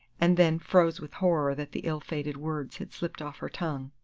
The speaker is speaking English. and then froze with horror that the ill-fated words had slipped off her tongue.